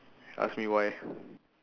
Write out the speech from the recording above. ask me why